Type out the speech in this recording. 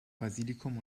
basilikum